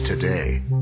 today